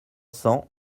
cents